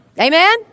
Amen